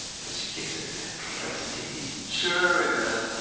which gives it prestige. sure it does,